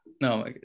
no